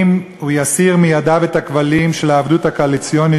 אם הוא יסיר מידיו את הכבלים של העבדות הקואליציונית